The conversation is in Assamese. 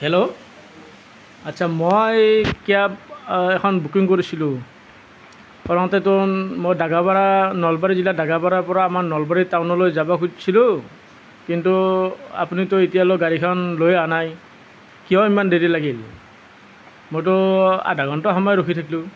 হেল্ল' আচ্ছা মই কেব এখন বুকিং কৰিছিলোঁ প্ৰথমতেতো মোৰ দাগাপাৰা নলবাৰী জিলাৰ দাগাপাৰাৰ পৰা আমাৰ নলবাৰী টাউনলৈ যাব খুজিছিলোঁ কিন্তু আপুনিতো এতিয়ালৈ গাড়ীখন লৈ অহা নাই কিয় ইমান দেৰি লাগিল মইতো আধা ঘণ্টা সময় ৰখি থাকিলোঁ